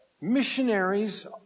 Missionaries